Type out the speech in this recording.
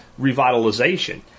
revitalization